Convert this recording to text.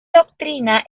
doctrina